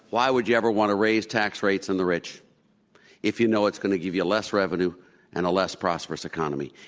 why would you ever want to raise tax rates on the rich if you know it's going to give you less revenue and a less prosperous economy?